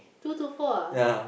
two to four ah